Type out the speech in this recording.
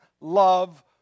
love